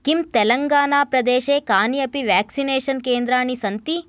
किं तेलङ्गानाप्रदेशे कानि अपि वेक्सिनेषन् केन्द्राणि सन्ति